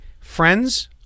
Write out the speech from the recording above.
Friends